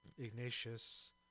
Ignatius